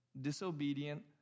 disobedient